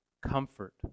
comfort